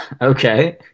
Okay